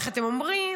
איך אתם אומרים?